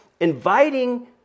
inviting